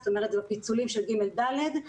זה הפיצולים של ג' ד',